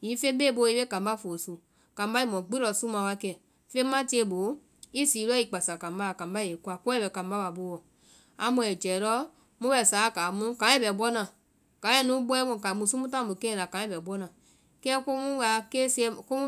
Hiŋi feŋ bee i boo i be kambá foosu, kambá i mɔ gbi lɔ suma wakɛ, feŋ ma tie i boo i sii lɔɔ i kpasaŋ kambá a kambá yɛ i kɔ, koe bɛ kambá wa boo. Amu ai jɛɛ lɔɔ mu bɛ sáa kaŋ mu kaŋɛ bɛ bɔna, kaŋɛ nu bɔemu, musu mu ta mu keŋɛ la kaŋɛ bɛ bɔna, kɛ ko mu